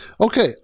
Okay